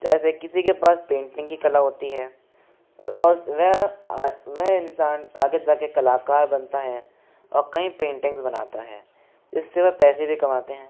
जैसे किसी के पास पेंटिंग की कला होती है और वह वह इंसान आगे जा कर कलाकार बनता है और कई पेंटिंग्स बनाता है इससे वह पैसे भी कमाते हैं